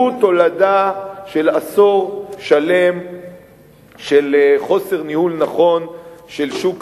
הוא תולדה של עשור שלם של חוסר ניהול נכון של שוק